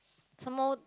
some more